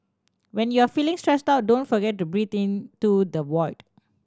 when you are feeling stressed out don't forget to breathe into the void